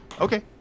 okay